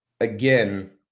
again